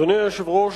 אדוני היושב-ראש,